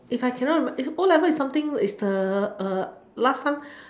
if I cannot o-levels is something is the uh last time